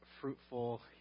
fruitful